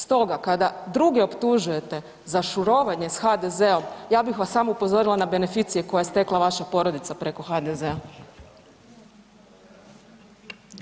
Stoga kada druge optužujete za šurovanje s HDZ-om ja bi vas samo upozorila na beneficije koje je stekla vaša porodica preko HDZ-a.